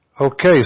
Okay